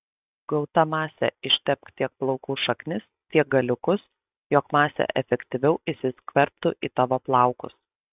gauta mase ištepk tiek plaukų šaknis tiek galiukus jog masė efektyviau įsiskverbtų į tavo plaukus